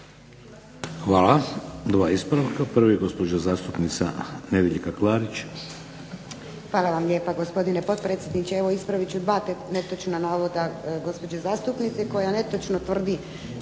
Hvala. Dva ispravka. Prvi, gospođa zastupnica Nedjeljka Klarić.